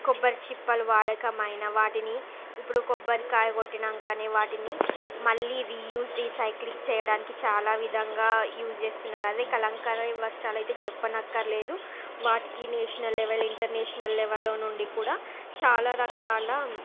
కొబ్బరి చిప్పలు వాడకమైన వాటిని ఇప్పుడు కొబ్బరికాయ కొట్టాకనే వాటిని మళ్ళీ రియూజ్డ్ రీసైకిల్ చేయడానికి చాలా విధంగా యూజ్ చేస్తున్నారు అదే కలంకార వస్త్రాలైతే చెప్పనక్కర్లేదు వాటికి నేషనల్ లెవెల్ ఇంటర్నేషనల్ లెవెల్లో నుండి కూడా చాలా రకాల